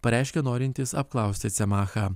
pareiškė norintys apklausti cemachą